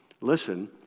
listen